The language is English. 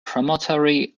promontory